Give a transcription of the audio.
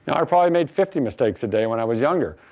i probably made fifty mistakes a day when i was younger,